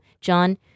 John